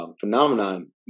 Phenomenon